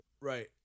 Right